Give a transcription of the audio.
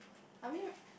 I mean